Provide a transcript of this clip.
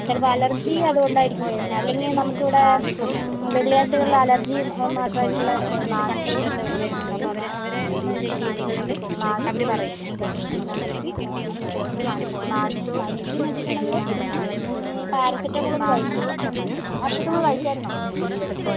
ചിലപ്പം അലര്ജി അത് കൊണ്ടായിരിക്കും വരുന്നത് അല്ലെങ്കിൽ നമുക്കിവിടെ വെള്ളിയാഴ്ചകളില് അലര്ജി മാത്രമായിട്ടുള്ള അതായത് കണ്സള്ട്ടന്റ് വരുന്നുണ്ട് അപ്പം അവരെ അവരെ ഒന്ന് ചെക്ക് ചെയ്തിട്ടുണ്ടങ്കില് അവർ പറയും എന്താണ് പ്രശ്നം എന്നൊക്കെ പറയും അപ്പോൾ ജസ്റ്റ് ഒന്ന് അത് കാണിച്ചു നോക്കൂ പിന്നെ ഈ പനിക്ക് എന്ന് വെച്ചിട്ടുണ്ടെങ്കിൽ പാരസെറ്റമോൾ ഒന്ന് കഴിച്ചു നോക്കുക പാരസെറ്റമോള് കഴിച്ചിരുന്നോ